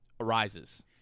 arises